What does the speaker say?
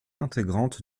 intégrante